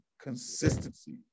consistency